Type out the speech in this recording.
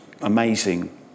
amazing